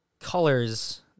colors